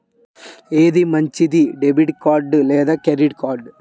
ఏది మంచిది, debit card లేదా క్రెడిట్ కార్డ్?